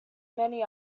many